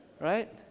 Right